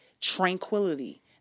tranquility